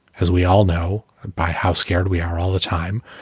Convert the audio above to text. as we all know by how scared we are all the time.